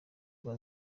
rwa